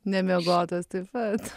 nemiegotos taip pat